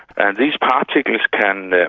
and these particles can